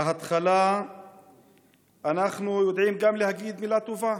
בהתחלה אנחנו יודעים גם להגיד מילה טובה,